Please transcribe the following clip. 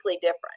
different